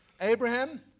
Abraham